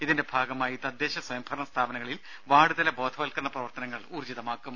ഇതിന്റെ ഭാഗമായി തദ്ദേശ സ്വയംഭരണ സ്ഥാപനങ്ങളിൽ വാർഡ്തല ബോധവൽക്കരണ പ്രവർത്തനങ്ങൾ ഊർജിതമാക്കും